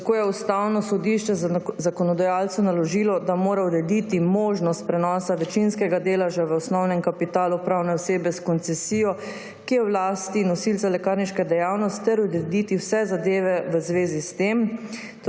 Tako je Ustavno sodišče zakonodajalcu naložilo, da mora urediti možnost prenosa večinskega deleža v osnovnem kapitalu pravne osebe s koncesijo, ki je v lasti nosilca lekarniške dejavnost, ter urediti vse zadeve v zvezi s tem,